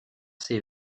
ces